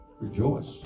Rejoice